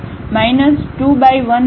તેથી 21λ